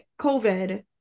COVID